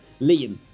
Liam